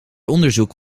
onderzoek